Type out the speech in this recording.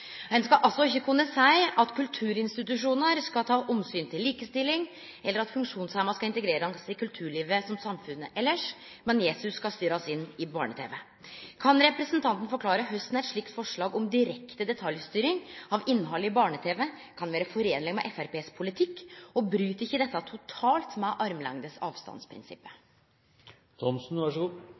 Ein skal altså ikkje kunne seie at kulturinstitusjonar skal ta omsyn til likestilling, eller at funksjonshemma skal integrerast i kulturlivet, som i samfunnet elles – men Jesus skal styrast inn i barne-tv. Kan representanten forklare korleis eit slikt forslag om direkte detaljstyring av innhaldet i barne-tv kan vere foreinleg med Framstegspartiets politikk? Bryt ikkje dette totalt med